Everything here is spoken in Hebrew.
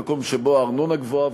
במקום שבו הארנונה גבוהה,